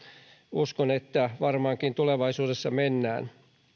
uskon että tähän suuntaan varmaankin tulevaisuudessa mennään